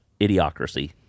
idiocracy